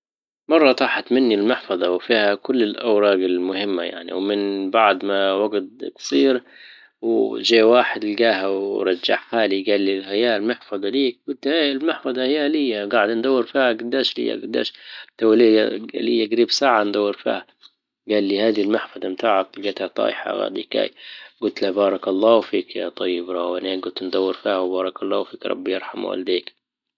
مرة طاحت مني المحفظة وفيها كل الاوراج المهمة يعني ومن بعد ما وجت جصير وجاي واحد لجاها ورجعها لي جال لي: هالمحفظة ليك؟ جلت: هاي المحفظة هي لي قاعد ندور فيها قداش ليا قداش توليا ليا جريب ساعة ندور فيها جال لي: المحفظة نتاعك لجيتها طايحة جلت له: بارك الله فيك يا طيب روانين جلت ندور فيها وبارك الله فيك ربي يرحم والديك